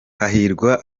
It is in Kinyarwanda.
hahirwa